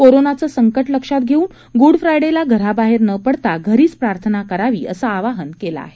कोरोनाचं संकट लक्षात घेऊन ग्डफ्रायडेला घराबाहेर न पडता घरीच प्रार्थना करावीअसं आवाहन केलं आहे